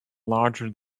larger